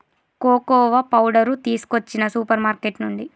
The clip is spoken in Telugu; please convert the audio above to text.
కోకోవా పౌడరు తీసుకొచ్చిన సూపర్ మార్కెట్ నుండి